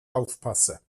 aufpasse